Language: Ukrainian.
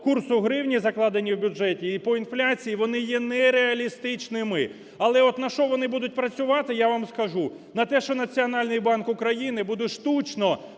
курсу гривні, закладені в бюджеті, і по інфляції, вони є нереалістичними. Але от на що вони будуть працювати, я вам скажу, – на те, що Національний банк України буде штучно